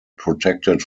protected